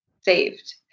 saved